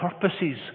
purposes